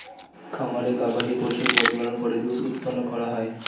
খামারে গবাদিপশু প্রতিপালন করে দুধ উৎপন্ন করা হয়